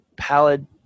Palad